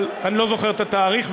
אבל אני לא זוכר את התאריך.